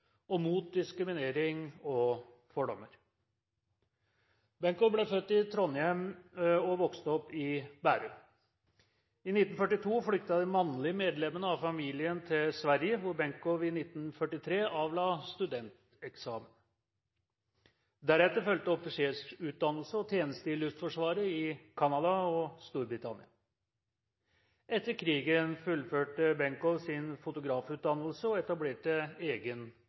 og mot diskriminering og fordommer. Benkow ble født i Trondheim og vokste opp i Bærum. I 1942 flyktet de mannlige medlemmene av familien til Sverige, hvor Benkow i 1943 avla studenteksamen. Deretter fulgte offisersutdannelse og tjeneste i Luftforsvaret i Canada og Storbritannia. Etter krigen fullførte Benkow sin fotografutdannelse og etablerte egen